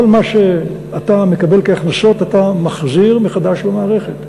מה שאתה מקבל כהכנסות אתה מחזיר מחדש למערכת,